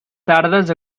tardes